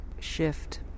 shift